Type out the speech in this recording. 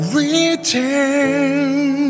return